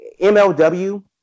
MLW